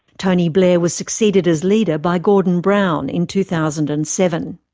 tony blair was succeeded as leader by gordon brown in two thousand and seven.